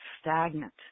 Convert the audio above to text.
stagnant